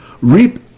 reap